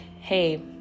hey